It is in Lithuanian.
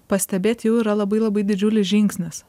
pastebėt jau yra labai labai didžiulis žingsnis